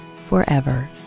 forever